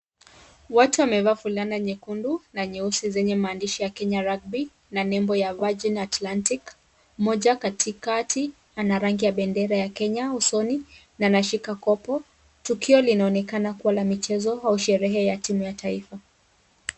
Watu wamevaa fulana nyekundu na nyeusi zenye maandishi ya Kenya Rugby na nembo ya Guajin Atlantic ,mmoja katikati ana rangi ya bendera ya Kenya usoni na anashika kopo, tukio linaonekana kuwa la michezo au sherehe ya timu ya taifa.